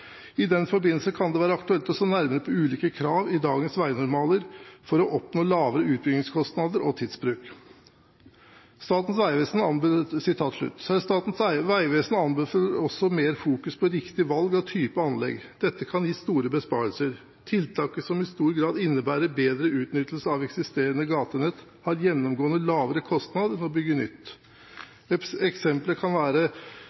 I den forbindelse kan det være aktuelt å se nærmere på ulike krav i dagens vegnormaler for å oppnå lavere utbyggingskostnader og tidsbruk.» Statens vegvesen anbefaler også mer fokus på riktig valg av type anlegg. Dette kan gi store besparelser. Tiltak som i stor grad innebærer bedre utnyttelse av eksisterende gatenett, har gjennomgående lavere kostnader enn å bygge nytt. Eksempler kan være: